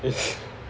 it's